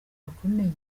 bakomeye